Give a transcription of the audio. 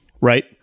right